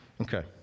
Okay